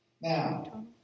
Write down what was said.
Now